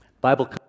Bible